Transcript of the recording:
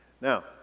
Now